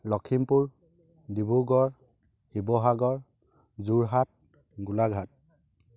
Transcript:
Lakhimpur Dibrugarh Sivasagar Jorhat Golaghat